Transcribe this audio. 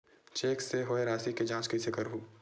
Cheque से होए राशि के जांच कइसे करहु?